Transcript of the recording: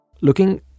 Looking